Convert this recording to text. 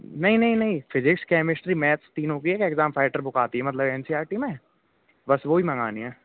नहीं नहीं नहीं फिज़िक्स केमिस्ट्री मैथ्स तीनों की एक्जाम फाइटर बुक आती है मतलब एन सी आर टी में बस वही मंगानी है